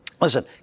Listen